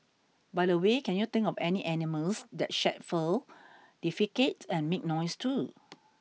by the way can you think of any animals that shed fur defecate and make noise too